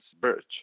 Birch